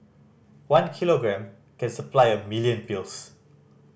one kilogram can supply a million pills